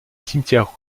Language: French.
cimetière